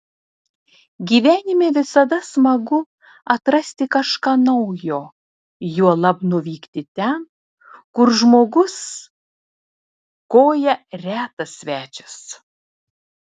gyvenime visada smagu atrasti kažką naujo juolab nuvykti ten kur žmogus koja retas svečias